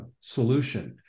solution